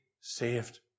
saved